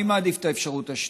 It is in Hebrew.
אני מעדיף את האפשרות השנייה.